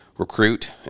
recruit